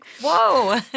Whoa